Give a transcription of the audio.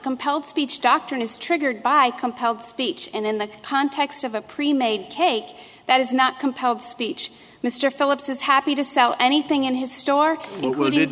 compelled speech doctrine is triggered by compelled speech and in the context of a premade cake that is not compelled speech mr philips is happy to sell anything in his store include